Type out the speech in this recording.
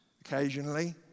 occasionally